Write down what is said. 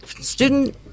student